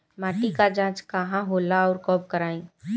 माटी क जांच कहाँ होला अउर कब कराई?